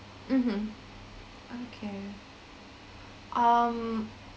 mmhmm okay um